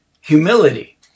Humility